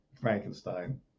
Frankenstein